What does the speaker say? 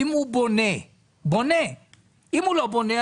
אם הוא בונה - אם הוא לא בונה,